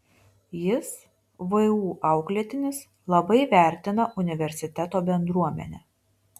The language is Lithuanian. jis vu auklėtinis labai vertina universiteto bendruomenę